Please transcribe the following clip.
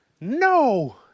No